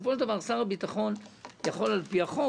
בסופו של דבר, שר הביטחון יכול על פי החוק